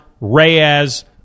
Reyes